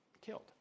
killed